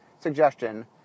suggestion